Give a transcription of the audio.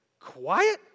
Quiet